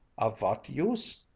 of vat use?